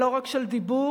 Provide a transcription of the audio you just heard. ולא רק של דיבור,